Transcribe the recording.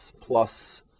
plus